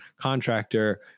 contractor